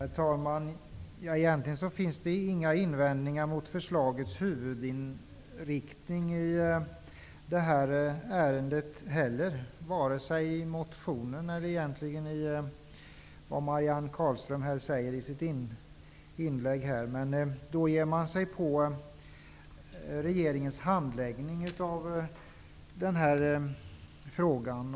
Herr talman! Egentligen finns det inga invändningar mot förslagets huvudinriktning i det här ärendet heller vare sig i motionerna eller i det Marianne Carlström anförde i sitt inlägg. Då ger man sig på regeringens handläggning av frågan.